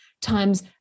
times